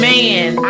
Man